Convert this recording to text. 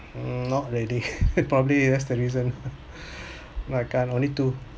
mm not ready probably that's the reason lah can't only two